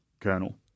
colonel